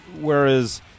Whereas